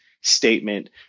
statement